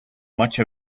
much